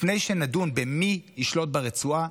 לפני שנדון במי ישלוט ברצועה,